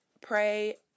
pray